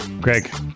Greg